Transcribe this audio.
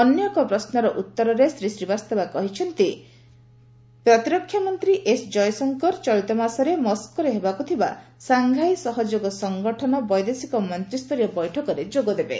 ଅନ୍ୟଏକ ପ୍ରଶ୍ନର ଉତ୍ତରରେ ଶ୍ରୀ ଶ୍ରୀବାସ୍ତବ କହିଛନ୍ତି ବୈଦେଶିକ ବ୍ୟାପାର ମନ୍ତ୍ରୀ ଏସ୍ ଜୟଶଙ୍କର ଚଳିତ ମାସରେ ମସ୍କୋରେ ହେବାକୁ ଥିବା ସାଂଘାଇ ସହଯୋଗ ସଂଗଠନ ଏସ୍ସିଓ ବୈଦେଶିକ ମନ୍ତ୍ରୀୟ ବୈଠକରେ ଯୋଗଦେବେ